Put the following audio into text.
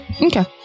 Okay